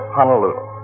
Honolulu